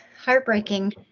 heartbreaking